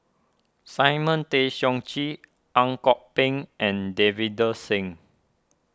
Simon Tay Seong Chee Ang Kok Peng and Davinder Singh